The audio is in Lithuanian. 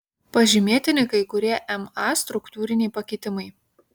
pažymėtini kai kurie ma struktūriniai pakitimai